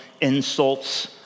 insults